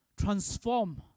transform